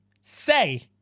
say